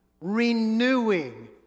renewing